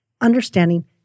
understanding